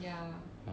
ya